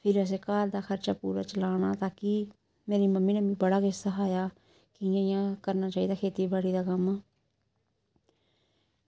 फिर असें घर दा खर्चा पूरा चलाना ताकि मेरी मम्मी ने मिगी बड़ा किश सखाया कि इ'यांं इ'यां करना चाहिदा खेतीबाड़ी दा कम्म